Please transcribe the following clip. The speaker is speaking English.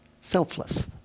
selfless